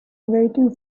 waiting